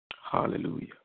Hallelujah